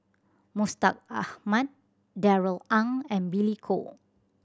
Mustaq Ahmad Darrell Ang and Billy Koh